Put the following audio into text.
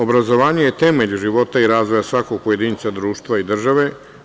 Obrazovanje je temelj života i razvoja svakog pojedinca, društva i države.